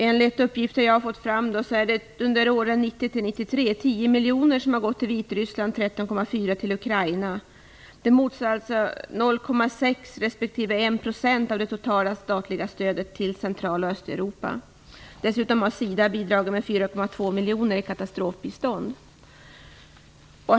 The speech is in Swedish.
Enligt uppgifter som jag har fått fram har det under åren 1990 - 1993 Dessutom har SIDA bidragit med 4,2 miljoner i katastrofbistånd.